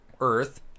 Earth